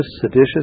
seditious